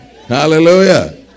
Hallelujah